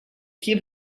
keep